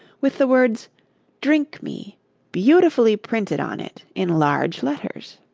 with the words drink me beautifully printed on it in large letters.